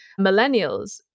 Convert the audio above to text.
millennials